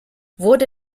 wurde